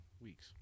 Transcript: weeks